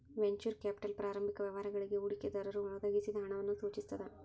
venture capital ಪ್ರಾರಂಭಿಕ ವ್ಯವಹಾರಗಳಿಗಿ ಹೂಡಿಕೆದಾರರು ಒದಗಿಸಿದ ಹಣವನ್ನ ಸೂಚಿಸ್ತದ